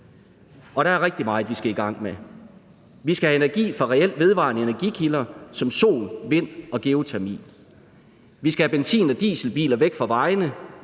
og der er rigtig meget, vi skal i gang med. Vi skal have energi fra reelt vedvarende energikilder som sol, vind og geotermi. Vi skal have benzin- og dieselbiler væk fra vejene.